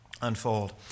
unfold